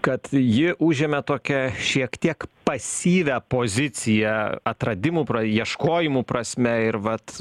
kad ji užėmė tokią šiek tiek pasyvią poziciją atradimų ieškojimų prasme ir vat